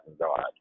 God